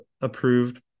approved